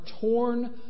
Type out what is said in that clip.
torn